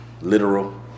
literal